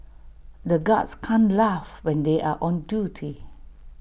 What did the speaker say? the guards can't laugh when they are on duty